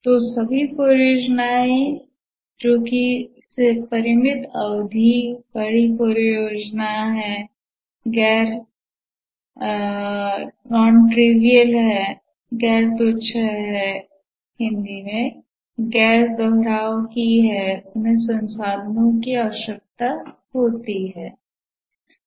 तो सभी परियोजनाएं जो परिमित अवधि बड़ी परियोजनाएं गैर तुच्छ गैर दोहराव कि है उन्हें संसाधनों की आवश्यकता होती हैं